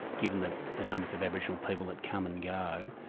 given the the numbers of aboriginal people that come and go,